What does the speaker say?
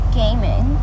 gaming